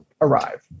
arrive